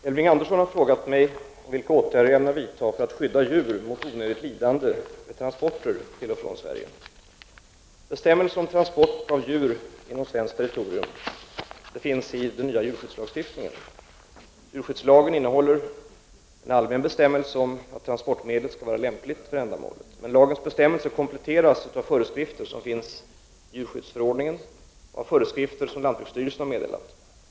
Herr talman! Elving Andersson har frågat mig vilka åtgärder jag ämnar vidta för att skydda djur mot onödigt lidande vid transporter till och från Sverige. Bestämmelser om transport av djur inom svenskt territorium finns i den nya djurskyddslagstiftningen. Djurskyddslagen innehåller en allmän bestämmelse om att transportmedlet skall vara lämpligt för ändamålet. Lagens bestämmelse kompletteras av föreskrifter som finns i djurskyddsförordningen och av föreskrifter som lantbruksstyrelsen har meddelat.